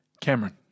Cameron